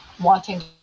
wanting